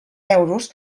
euros